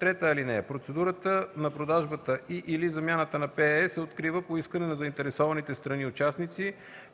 (3) Процедурата на продажбата и/или замяната на ПЕЕ се открива по искане на заинтересованите страни – участници